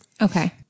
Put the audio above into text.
Okay